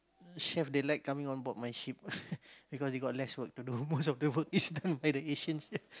chef they like coming on board my ship because they got less work to do most of the work is done by the Asians